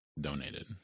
donated